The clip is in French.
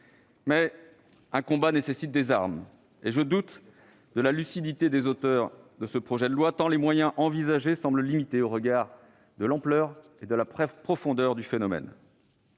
Mais un combat nécessite des armes, et je doute de la lucidité des auteurs de ce projet de loi tant les moyens envisagés semblent limités au regard de l'ampleur et la profondeur du phénomène.